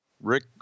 Rick